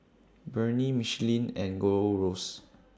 Burnie Michelin and Gold Roast